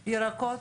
ירקות?